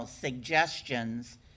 suggestions